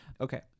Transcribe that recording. Okay